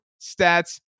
Stats